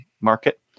market